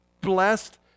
blessed